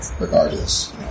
regardless